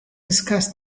discuss